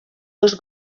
dos